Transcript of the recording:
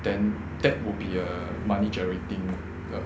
then that would be a monetary thing uh